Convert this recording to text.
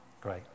Great